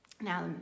Now